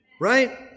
right